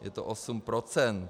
Je to 8 %.